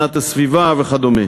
משרד הגנת הסביבה וכדומה.